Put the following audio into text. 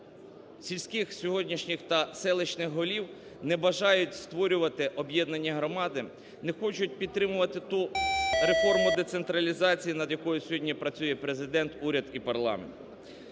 сільських сьогоднішніх та селищних голів не бажають створювати об'єднані громади, не хочуть підтримувати ту реформу децентралізації над якою сьогодні працює Президент, уряд і парламент.